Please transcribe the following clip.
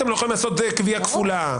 אתם לא יכולים לעשות גבייה כפולה.